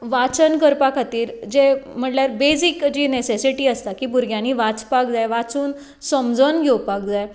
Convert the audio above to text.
वाचन करपा खातीर जें म्हटल्यार बेजीक जी नेसेसिटी आसता की भुरग्यांनी वाचपाक जाय वाचून सोमोजोन घेवपाक जाय